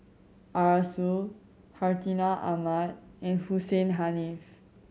Arasu Hartinah Ahmad and Hussein Haniff